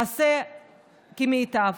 נעשה כמיטב,